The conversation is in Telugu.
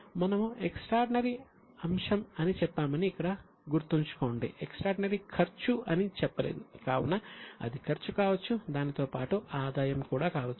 మనము ఎక్స్ట్రార్డినరీ అంశం అని చెప్పామని ఇక్కడ గుర్తుంచుకోండి ఎక్స్ట్రార్డినరీ ఖర్చు అని చెప్పలేదు కావున అది ఖర్చు కావచ్చు దానితో పాటు ఆదాయం కూడా కావచ్చు